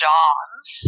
Johns